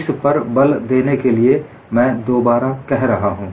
इस पर बल देने के लिए मैं यह दोबारा कह रहा हूं